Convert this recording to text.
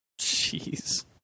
Jeez